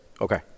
Okay